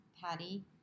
Patty